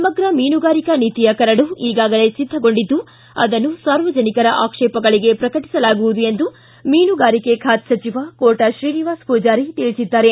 ಸಮಗ್ರ ಮೀನುಗಾರಿಕಾ ನೀತಿಯ ಕರಡು ಈಗಾಗಲೇ ಸಿದ್ದಗೊಂಡಿದ್ದು ಅದನ್ನು ಸಾರ್ವಜನಿಕರ ಆಕ್ಷೇಪಗಳಿಗೆ ಪ್ರಕಟಿಸಲಾಗುವುದು ಎಂದು ಮೀನುಗಾರಿಕೆ ಖಾತೆ ಸಚಿವ ಕೋಟ ಶ್ರೀನಿವಾಸ ಪೂಜಾರಿ ತಿಳಿಸಿದ್ದಾರೆ